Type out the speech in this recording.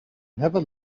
never